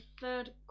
third